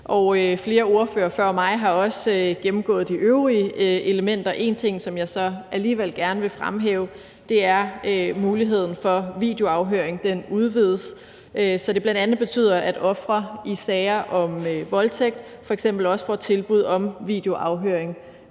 Flere ordførere før mig har gennemgået de øvrige elementer, men en ting, som jeg alligevel gerne vil fremhæve, er, at muligheden for videoafhøring udvides, hvilket bl.a. betyder, at ofre i sager om voldtægt f.eks. også får tilbud om videoafhøring.